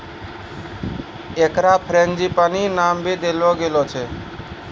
एकरा फ़्रेंजीपानी नाम भी देलो गेलो छै